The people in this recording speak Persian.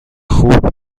خوب